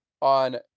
on